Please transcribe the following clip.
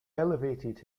elevated